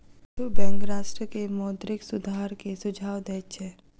विश्व बैंक राष्ट्र के मौद्रिक सुधार के सुझाव दैत छै